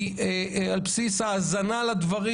על בסיס האזנה לדברים,